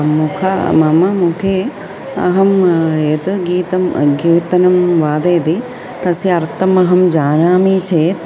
मुखं मम मुखे अहं यत् गीतं कीर्तनं वादयामि तस्य अर्थम् अहं जानामि चेत्